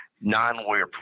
non-lawyer